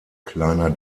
kleiner